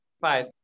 five